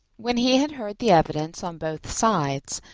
when he had heard the evidence on both sides,